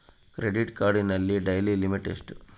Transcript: Credit ಕಾರ್ಡಿನ daily limit ಎಷ್ಟು?